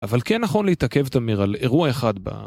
אבל כן נכון להתעכב תמיר על אירוע אחד ב...